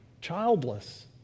childless